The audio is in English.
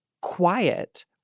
quiet